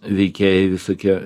veikėjai visokie